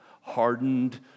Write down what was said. hardened